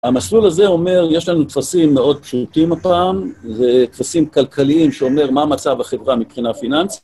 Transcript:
המסלול הזה אומר, יש לנו טפסים מאוד פשוטים הפעם, זה טפסים כלכליים שאומר מה המצב בחברה מבחינה פיננס.